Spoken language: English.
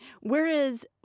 whereas